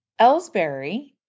Ellsbury